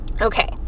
Okay